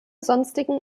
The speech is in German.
sonstigen